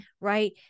right